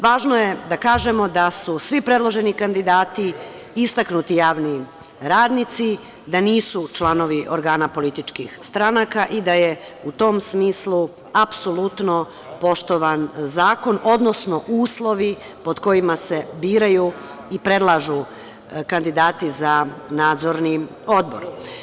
Važno je da kažemo da su svi predloženi kandidati istaknuti javni radnici, da nisu članovi organa političkih stranaka i da je u tom smislu apsolutno poštovan zakon, odnosno uslovi pod kojima se biraju i predlažu kandidati za Nadzorni odbor.